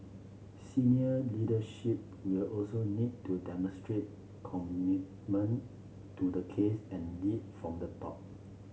senior leadership will also need to demonstrate commitment to the case and lead from the top